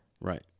Right